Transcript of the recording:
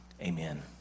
Amen